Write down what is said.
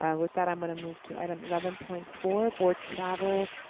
and with that i'm gonna move to item eleven point four, board travel.